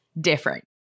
different